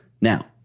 Now